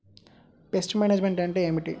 Pest management అంటే ఏమిటి?